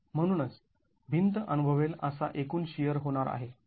म्हणूनच भिंत अनुभवेल असा एकूण शिअर होणार आहे